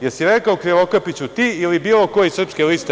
Jel si rekao Krivokapiću ti ili bilo ko iz Srpske liste?